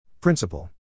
Principle